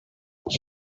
rust